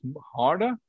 harder